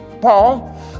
Paul